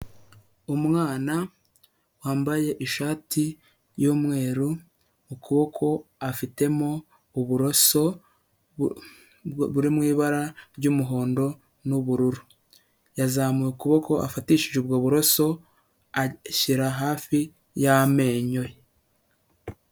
Umwana wambaye ishati y'umweru, ukuboko afitemo uburoso buri mu ibara ry'umuhondo n'ubururu, yazamuye ukuboko afatishije ubwo buroso ashyira hafi y'amenyo ye.